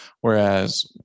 Whereas